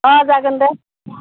जागोन दे